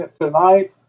tonight